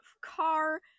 car